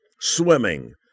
swimming